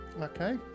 Okay